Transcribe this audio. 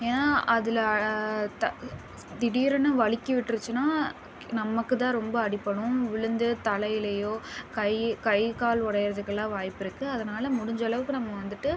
ஏன்னா அதில் திடீர்னு வழுக்கி விட்டுருச்சின்னா நமக்கு தான் ரொம்ப அடிப்படும் விழுந்து தலையிலையோ கை கைக்கால் உடையிறதுக்குல்லாம் வாய்ப்பு இருக்குது அதனால முடிஞ்ச அளவுக்கு நம்ம வந்துவிட்டு